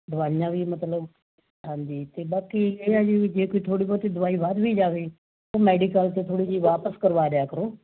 ਦਵਾਈਆਂ ਵੀ ਮਤਲਬ ਹਾਂਜੀ ਅਤੇ ਬਾਕੀ ਇਹ ਆ ਜੀ ਵੀ ਜੇ ਕੋਈ ਥੋੜ੍ਹੀ ਬਹੁਤ ਦਵਾਈ ਵਧ ਵੀ ਜਾਵੇ ਉਹ ਮੈਡੀਕਲ 'ਤੇ ਥੋੜ੍ਹੀ ਜਿਹੀ ਵਾਪਿਸ ਕਰਵਾ ਦਿਆ ਕਰੋ